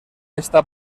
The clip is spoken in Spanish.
esta